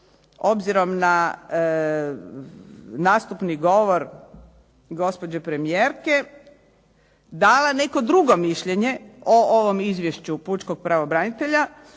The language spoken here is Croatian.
obzirom na nastupni govor gospođe premijerke dala neko drugo mišljenje o ovom izvješću pučkog pravobranitelja,